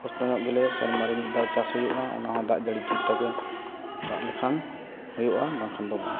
ᱠᱚᱥᱴᱚ ᱧᱚᱜ ᱜᱮᱞᱮ ᱥᱮᱨᱢᱟᱨᱮ ᱢᱤᱫ ᱫᱷᱟᱣ ᱪᱟᱥ ᱦᱩᱭᱩᱜᱼᱟ ᱚᱱᱟᱦᱚᱸ ᱫᱟᱜ ᱡᱟᱹᱲᱤ ᱴᱷᱤᱠᱴᱷᱟᱠᱼᱮ ᱫᱟᱜ ᱞᱮᱠᱷᱟᱱ ᱦᱩᱭᱩᱜᱼᱟ ᱵᱟᱝᱠᱷᱟᱱ ᱫᱚ ᱵᱟᱝ